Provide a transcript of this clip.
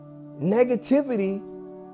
Negativity